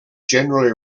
generally